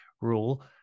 rule